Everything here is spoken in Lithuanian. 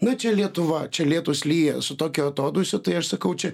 na čia lietuva čia lietūs lyja su tokiu atodūsiu tai aš sakau čia